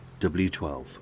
W12